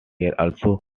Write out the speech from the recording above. also